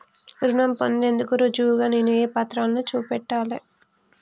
రుణం పొందేందుకు రుజువుగా నేను ఏ పత్రాలను చూపెట్టాలె?